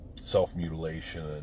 self-mutilation